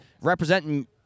representing